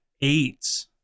eight